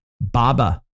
BABA